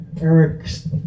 Eric's